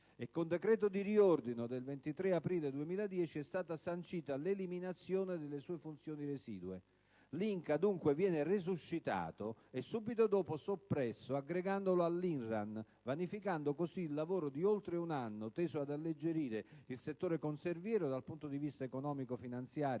e con decreto di riordino del 23 aprile 2010 è stata sancita l'eliminazione delle sue funzioni residue. L'INCA viene dunque "resuscitato" e subito soppresso aggregandolo all'INRAN e vanificando il lavoro di oltre un anno teso ad alleggerire il settore conserviero dal punto di vista economico-finanziario